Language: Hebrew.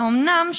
האומנם.